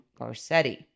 Garcetti